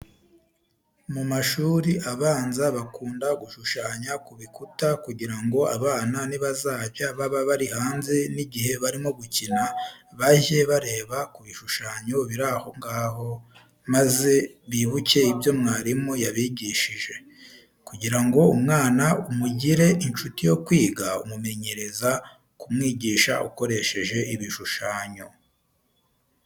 Mu mashuri abanza bakunda gushushanya ku bikuta kugira ngo abana nibazajya baba bari hanze n'igihe barimo gukina bajye bareba ku bishushanyo biri aho ngaho, maze bibuke ibyo mwarimu yabigishije. Kugira ngo umwana umugire inshuti yo kwiga umumenyereza kumwigisha ukoresheje ibishushanyo.